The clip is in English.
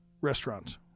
restaurants